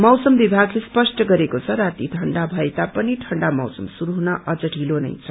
मौसम विभाग्ले स्पष्ट गरेको छ राती ठण्डा भए तापनि ठण्डा मौसम शुरू हुन अझ ढिलो नै छ